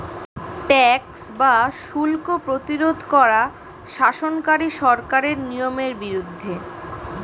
tax বা শুল্ক প্রতিরোধ করা শাসনকারী সরকারের নিয়মের বিরুদ্ধে